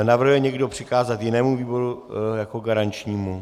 Navrhuje někdo přikázat jinému výboru jako garančnímu?